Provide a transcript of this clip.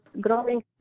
growing